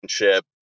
relationship